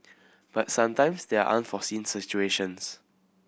but sometimes there are unforeseen situations